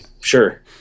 sure